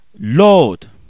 Lord